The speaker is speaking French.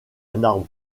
arbre